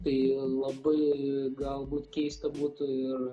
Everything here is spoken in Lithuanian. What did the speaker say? tai labai galbūt keista būtų ir